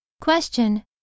Question